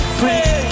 free